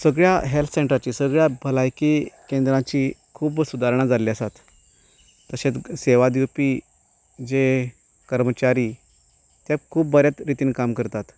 सगळ्यां हेल्थ सेंटराची सगळ्यां भलायकी केंद्राची खूब सुदारणां जाल्ली आसात तशेंत सेवा दिवपी जें कर्मचारी तें खूब बऱ्या रितीन काम करतात